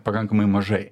pakankamai mažai